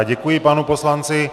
Děkuji panu poslanci.